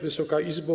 Wysoka Izbo!